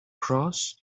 cross